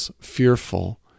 fearful